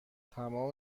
تمام